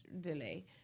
delay